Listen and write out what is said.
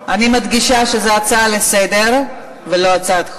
אני מדגישה שזו הצעה לסדר-היום ולא הצעת חוק.